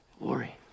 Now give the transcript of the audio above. Lori